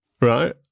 Right